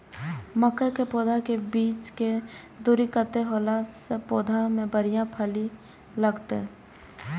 मके के पौधा के बीच के दूरी कतेक होला से पौधा में बढ़िया फली लगते?